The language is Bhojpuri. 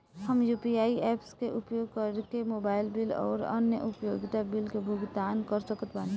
हम यू.पी.आई ऐप्स के उपयोग करके मोबाइल बिल आउर अन्य उपयोगिता बिलन के भुगतान कर सकत बानी